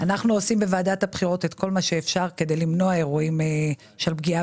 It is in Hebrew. עושים בוועדת הבחירות את כל מה שאפשר כדי למנוע אירועים של פגיעה